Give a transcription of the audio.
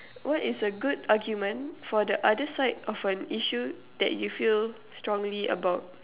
what is a good argument for the other side of an issue that you feel strongly about